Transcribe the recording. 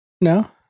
No